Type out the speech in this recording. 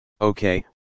Okay